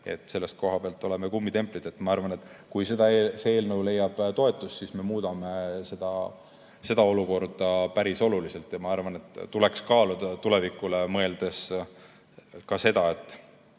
Selle koha pealt oleme kummitemplid. Ma arvan, et kui see eelnõu leiab toetust, siis me muudame seda olukorda päris oluliselt. Ja ma arvan, et tuleks kaaluda tulevikule mõeldes ka seda, et